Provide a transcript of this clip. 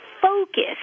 focus